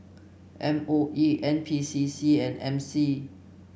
M O E N P C C and M C